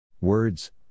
Words